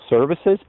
Services